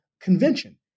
Convention